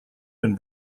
been